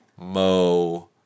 Mo